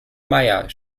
meier